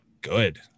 good